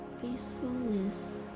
peacefulness